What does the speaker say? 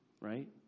Right